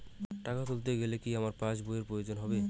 টাকা তুলতে গেলে কি আমার পাশ বইয়ের প্রয়োজন হবে?